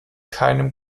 keinem